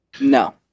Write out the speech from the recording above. No